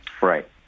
Right